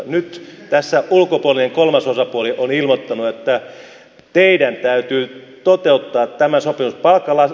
nyt tässä ulkopuolinen kolmas osapuoli on ilmoittanut että teidän täytyy toteuttaa tämä sopimus